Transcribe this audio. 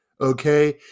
okay